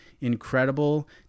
incredible